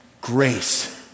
grace